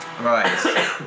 right